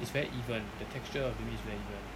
it's very even the texture of the meat is very even